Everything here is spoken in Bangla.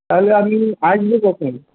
তাহলে আপনি আসবেন কখন